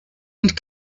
and